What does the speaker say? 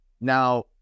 now